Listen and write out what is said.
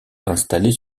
installées